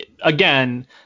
again